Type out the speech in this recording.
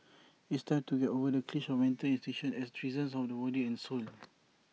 it's time to get over the cliche of mental institutions as prisons of the body and soul